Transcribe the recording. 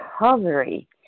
recovery